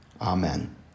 Amen